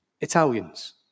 Italians